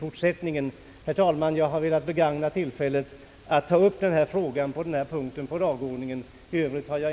Jag har, herr talman, velat begagna tillfället att ta upp denna fråga under den nu föredragna punkten. Jag har inget annat yrkande än om bifall till utskottets förslag.